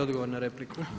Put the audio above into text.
Odgovor na repliku.